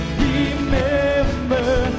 remember